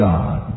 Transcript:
God